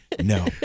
no